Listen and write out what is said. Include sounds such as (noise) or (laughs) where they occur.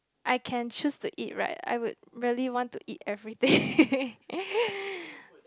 I can choose to eat right I would really want to eat everything (laughs)